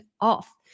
off